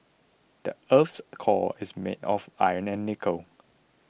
the earth's core is made of iron and nickel